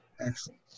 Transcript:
Excellent